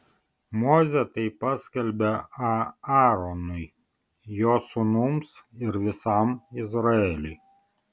mozė tai paskelbė aaronui jo sūnums ir visam izraeliui